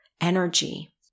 energy